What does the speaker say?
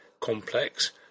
complex